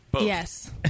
Yes